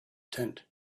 tent